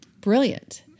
Brilliant